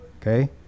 okay